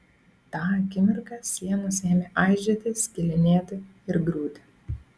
tą akimirką sienos ėmė aižėti skilinėti ir griūti